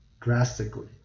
drastically